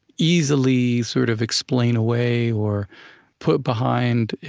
easily sort of explain away or put behind